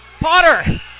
Potter